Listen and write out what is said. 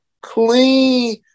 clean